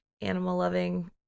animal-loving